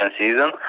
season